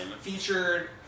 Featured